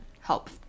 help